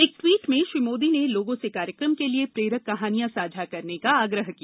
एक टवीट में श्री मोदी ने लोगों से कार्यक्रम के लिए प्रेरक कहानियां साझा करने का आग्रह किया